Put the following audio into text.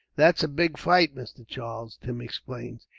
that's a big fight, mr. charles, tim exclaimed.